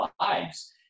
lives